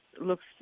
looks